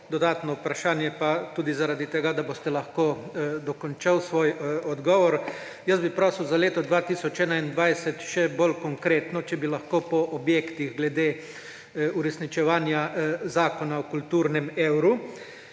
Dodatno vprašanje pa tudi zaradi tega, da boste lahko dokončali svoj odgovor. Jaz bi prosil za leto 2021 še bolj konkretno, če bi lahko po objektih, glede uresničevanja zakona o kulturnem evru.